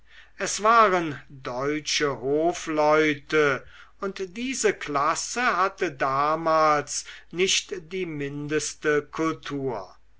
es waren deutsche hofleute und diese klasse hatte damals nicht die mindeste kultur